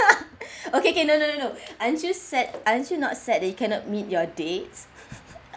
okay okay no no no no aren't you sad aren't you not sad that you cannot meet your dates